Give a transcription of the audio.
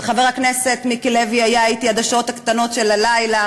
וחבר הכנסת מיקי לוי היה אתי עד השעות הקטנות של הלילה,